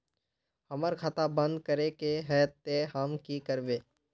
हमर खाता बंद करे के है ते हम की करबे?